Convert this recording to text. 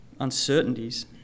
uncertainties